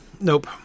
Nope